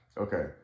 Okay